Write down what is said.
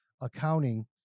accounting